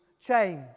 change